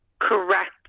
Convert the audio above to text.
correct